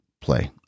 play